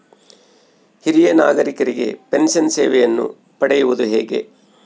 ಹಿರಿಯ ನಾಗರಿಕರಿಗೆ ಪೆನ್ಷನ್ ಸೇವೆಯನ್ನು ಪಡೆಯುವುದು ಹೇಗೆ?